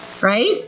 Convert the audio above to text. Right